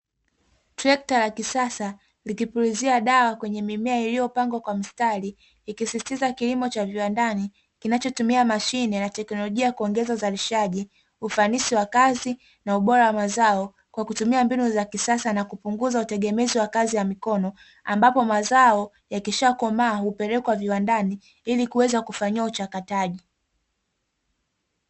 Tractor la kisasa likipulizia dawa kwenye mimea iliyopangwa kwa mstari ikisisitiza kilimo cha viwandani, kinachotumia mashine na teknolojia kuongeza uzalishaji ufanisi wa kazi na ubora wa mazao kwa kutumia mbinu za kisasa na kupunguza utegemezi wa kazi ya mikono, ambapo mazao yakishakomaa hupelekwa viwandani ili kuweza kufanyiwa uchakataji.